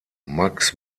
max